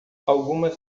algumas